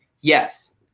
yes